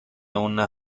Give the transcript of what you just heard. una